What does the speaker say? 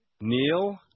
Neil